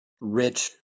rich